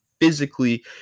physically